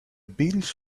bills